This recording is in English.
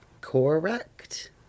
Correct